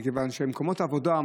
מכיוון שמקומות עבודה,